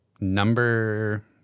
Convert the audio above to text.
Number